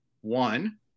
One